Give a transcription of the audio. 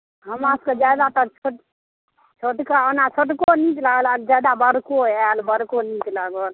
हमरासभकेँ ज्यादातर छोटकी छोटका ओना छोटको नीक लागल लेकिन ज्यादा बड़को आयल बड़को नीक लागल